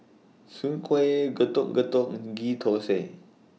Soon Kuih Getuk Getuk Ghee Thosai